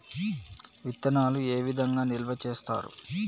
విత్తనాలు ఏ విధంగా నిల్వ చేస్తారు?